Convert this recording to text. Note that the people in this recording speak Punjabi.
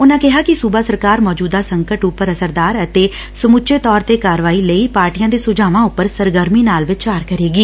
ਉਨਾਂ ਕਿਹਾ ਕਿ ਸੁਬਾ ਸਰਕਾਰ ਮੌਜੁਦਾ ਸੰਕਟ ਉਪਰ ਅਸਰਦਾਰ ਅਤੇ ਸਮੁੱਚੇ ਤੌਰ ਤੇ ਕਾਰਵਾਈ ਲਈ ਪਾਰਟੀਆਂ ਦੇ ਸੁਝਾਵਾਂ ਉਪਰ ਸਰਗਰਮੀ ਨਾਲ ਵਿਚਾਰ ਕਰੇਗੀ